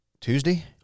Tuesday